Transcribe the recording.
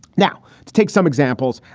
now, to take some examples,